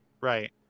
right